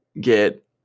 get